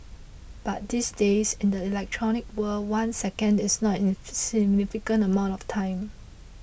but these days in the electronic world one second is not an insignificant amount of time